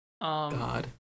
god